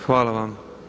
Hvala vam.